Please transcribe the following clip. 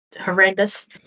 horrendous